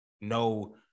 No